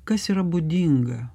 kas yra būdinga